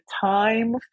time